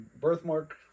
birthmark